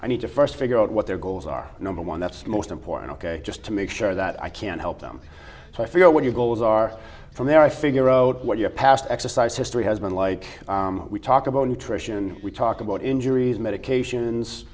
i need to first figure out what their goals are number one that's most important just to make sure that i can help them so i figure out what your goals are from there i figure out what your past exercise history has been like we talk about nutrition we talk about injuries medications